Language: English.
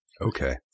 Okay